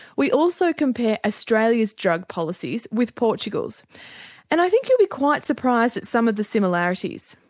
we also compare australia's drug policies with portugal's and i think you'll be quite surprised at some of the similarities.